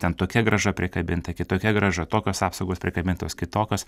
ten tokia grąža prikabinta kitokia grąža tokios apsaugos prikabintos kitokios